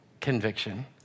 conviction